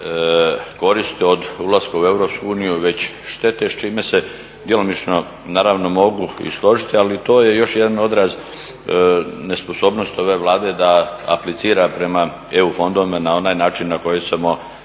koristi od ulaska u EU već štete s čime se djelomično naravno mogu i složiti, ali to je još jedan odraz nesposobnosti ove Vlade da aplicira prema EU fondovima na onaj način na koji smo